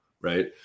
right